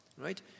right